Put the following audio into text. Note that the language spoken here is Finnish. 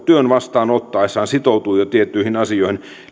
työn vastaanottaessaan sitoutumaan tiettyihin asioihin